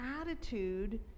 attitude